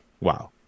Wow